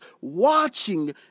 watching